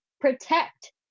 protect